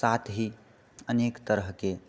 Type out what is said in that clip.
साथ ही अनेक तरहके